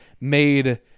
made